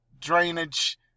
drainage